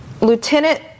Lieutenant